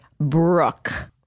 Brooke